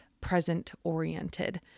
present-oriented